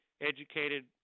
educated